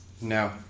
No